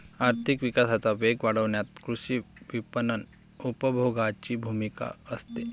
आर्थिक विकासाचा वेग वाढवण्यात कृषी विपणन उपभोगाची भूमिका असते